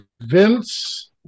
Vince